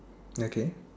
okay